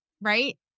right